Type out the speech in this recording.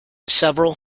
several